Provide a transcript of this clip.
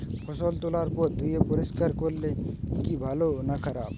ফসল তোলার পর ধুয়ে পরিষ্কার করলে কি ভালো না খারাপ?